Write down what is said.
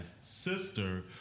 sister